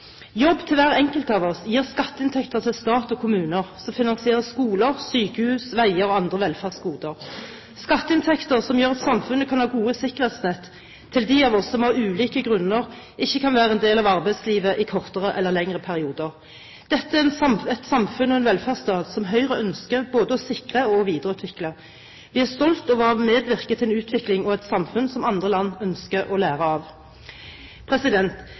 Jobb til hver enkelt av oss gir skatteinntekter til stat og kommuner som finansierer skoler, sykehus, veier og andre velferdsgoder – skatteinntekter gjør at samfunnet kan ha gode sikkerhetsnett til de av oss som av ulike grunner ikke kan være en del av arbeidslivet i kortere eller lengre perioder. Dette er et samfunn og en velferdsstat som Høyre ønsker både å sikre og å videreutvikle. Vi er stolt av å ha medvirket til en utvikling og et samfunn som andre land ønsker å lære av.